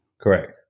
Correct